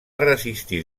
resistir